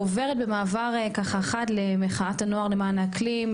אני עוברת במעבר ככה חד למחאת הנוער למען האקלים,